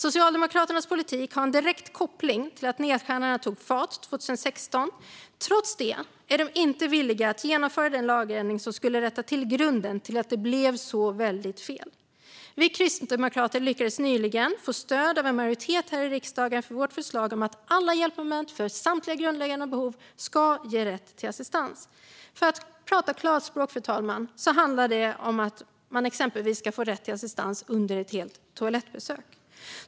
Socialdemokraternas politik har en direkt koppling till att nedskärningarna tog fart 2016. Trots det är de inte villiga att genomföra den lagändring som skulle rätta till grunden till att det blev så väldigt fel. Vi kristdemokrater lyckades nyligen få stöd av en majoritet i riksdagen för vårt förslag om att alla hjälpmoment för samtliga grundläggande behov ska ge rätt till assistans. För att prata klarspråk, fru talman, handlar det exempelvis om att man ska ha rätt till assistans under ett helt toalettbesök.